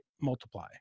multiply